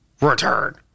return